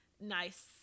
nice